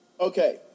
Okay